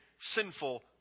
sinful